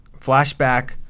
Flashback